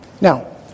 Now